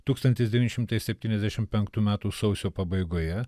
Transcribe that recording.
tūkstantis devyni šimtai septyniasdešim penktų metų sausio pabaigoje